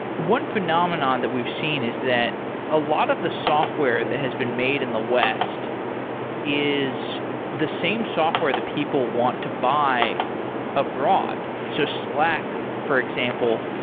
one phenomenon that we've seen is that a lot of the software that has been made in the west is the same software the people want to buy abroad. so, slack, for example.